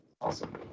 Awesome